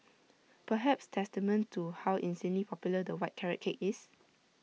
perhaps testament to how insanely popular the white carrot cake is